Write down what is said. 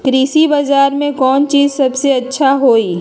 कृषि बजार में कौन चीज सबसे अच्छा होई?